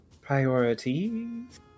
priorities